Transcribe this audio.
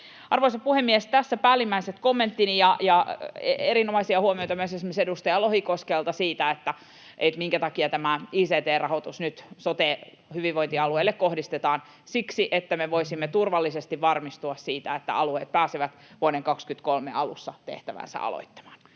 Arvoisa puhemies! Tässä päällimmäiset kommenttini. — Ja erinomaisia huomioita oli myös esimerkiksi edustaja Lohikoskelta siitä, minkä takia tämä ict-rahoitus nyt hyvinvointialueille kohdistetaan: siksi, että me voisimme turvallisesti varmistua siitä, että alueet pääsevät vuoden 23 alussa tehtäväänsä aloittamaan.